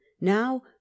Now